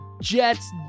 Jets